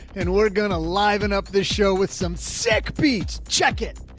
and we're going to liven up this show with some sec, pete check it